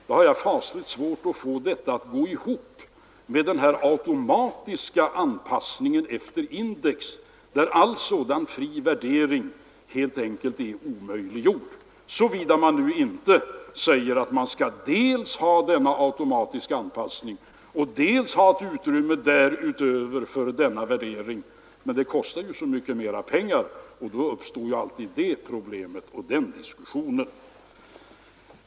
Jag har i så fall fasligt svårt att få detta att gå ihop med den automatiska anpassningen efter index, där all sådan fri värdering helt enkelt är omöjliggjord, såvida man inte säger att man dels skall ha denna automatiska anpassning, dels ett utrymme därutöver för denna värdering. Men det kostar mycket mer pengar, och då uppstår alltid det problemet och den diskussionen.